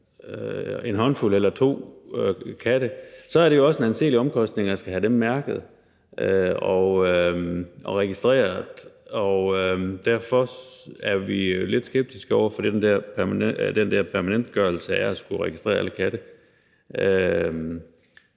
en håndfuld katte eller to, så er det jo også en anselig omkostning at skulle have dem mærket og registreret. Derfor er vi lidt skeptiske over for den der permanentgørelse af at skulle registrere alle katte.